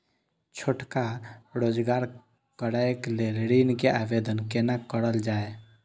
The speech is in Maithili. छोटका रोजगार करैक लेल ऋण के आवेदन केना करल जाय?